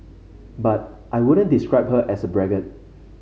but I wouldn't describe her as a braggart